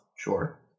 Sure